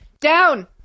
Down